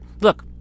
Look